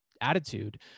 attitude